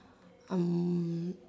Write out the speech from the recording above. I'm